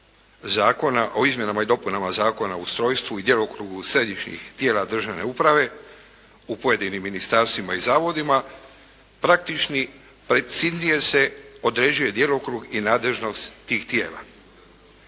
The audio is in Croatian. zakona o izmjenama i dopunama Zakona o ustrojstvu i djelokrugu središnjih tijela državne uprave u pojedinim ministarstvima i zavodima praktični preciznije se određuje djelokrug i nadležnost tih tijela.